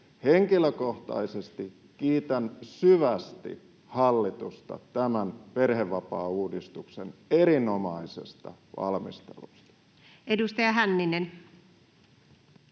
Henkilökohtaisesti kiitän syvästi hallitusta tämän perhevapaauudistuksen erinomaisesta valmistelusta. [Speech